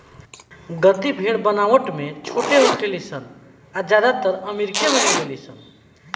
गद्दी भेड़ बनावट में छोट होखे ली सन आ ज्यादातर कश्मीर में मिलेली सन